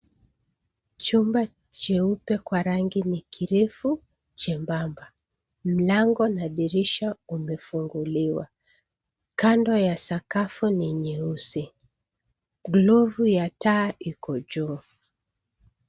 Chumba cheupe kwa rangi ni kirefu chembamba. Mlango na dirisha umefunguliwa. Kando ya sakafu ni nyeusi. Blovu ya taa iko juu.